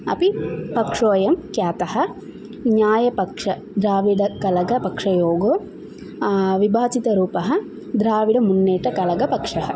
अपि पक्षोयं ख्यातः न्यायपक्षः द्राविडकलगपक्षयोः विभाचितरूपः द्राविडमुन्नेटकलगपक्षः